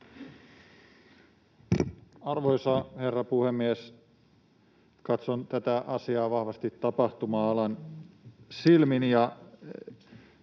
Arvoisa herra puhemies! Katson tätä asiaa vahvasti tapahtuma-alan silmin,